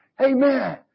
Amen